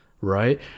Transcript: right